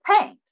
paint